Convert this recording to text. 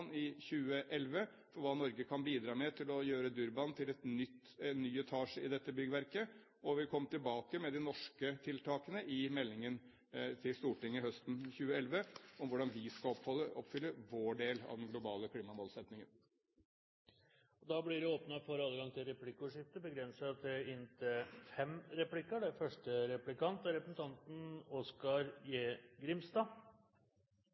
i 2011 for hva Norge kan bidra med til å gjøre Durban til en ny etasje i dette byggverket, og vi kommer tilbake med de norske tiltakene i meldingen til Stortinget høsten 2011 om hvordan vi skal oppfylle vår del av den globale klimamålsettingen. Det blir replikkordskifte. Statsråden beskriv klimatoppmøtet i Cancún som ein dundrande suksess, og samtidig seier han at det ikkje svara til forventningane. Kva for eit omgrep han ville leggje til grunn dersom det